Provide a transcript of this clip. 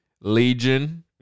Legion